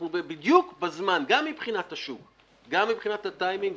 אנחנו בדיוק בזמן גם מבחינת השוק וגם מבחינת הטיימינג.